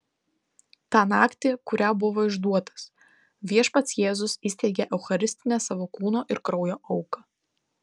tą naktį kurią buvo išduotas viešpats jėzus įsteigė eucharistinę savo kūno ir kraujo auką